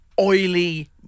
oily